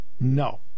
No